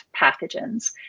pathogens